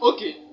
Okay